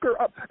up